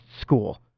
school